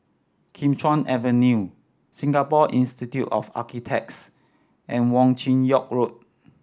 Kim Chuan Avenue Singapore Institute of Architects and Wong Chin Yoke Road